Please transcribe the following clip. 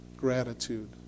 gratitude